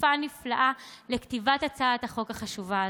שותפה נפלאה לכתיבת הצעת החוק החשובה הזאת.